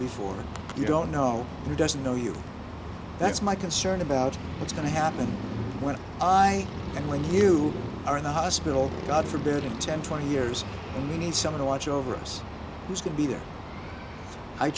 before you don't know who doesn't know you that's my concern about what's going to happen when i and when you are in the hospital god forbid in ten twenty years and you need someone to watch over us who's going to be there i